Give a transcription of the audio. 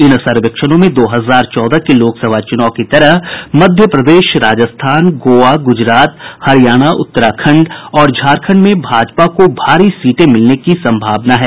इन सर्वेक्षणों में दो हजार चौदह के लोकसभा चुनाव की तरह मध्य प्रदेश राजस्थान गोवा गुजरात हरियाणा उत्तराखण्ड और झारखण्ड में भाजपा को भारी सीटें मिलने की संभावना हैं